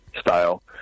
style